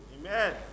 Amen